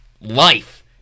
life